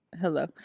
Hello